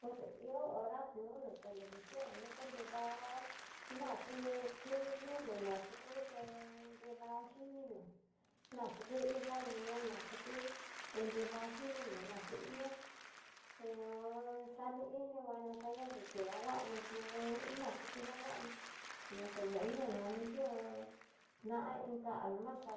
Poxeió hora nunu televisión ñuko nridá naxu kuñu noná xututé, nridaxi ninó naxu ku inka ñóo, na xu kú te nrida xi ninonaxí ihó, tiño xani ini nguano xaña diki dakuano nió iná ki dakuano si no que nú nana yi'ó na'a inka almaxa